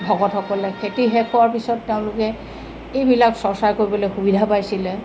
ভগতসকলে খেতি শেষ হোৱাৰ পিছত তেওঁলোকে এইবিলাক চৰ্চা কৰিবলৈ সুবিধা পাইছিলে